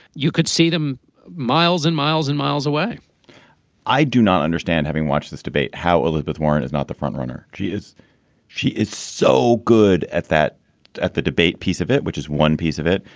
you could see them miles and miles and miles away i do not understand, having watched this debate, how elizabeth warren is not the front runner. she is she is so good at that at the debate piece of it, which is one piece of it.